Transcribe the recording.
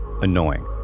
annoying